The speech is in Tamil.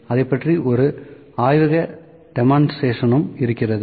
அதைப் பற்றிய ஒரு ஆய்வக டெமான்ஸ்ட்ரேஷனும் இருக்கிறது